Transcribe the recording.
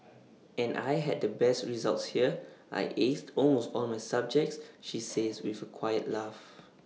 and I had the best results here I aced almost all my subjects she says with A quiet laugh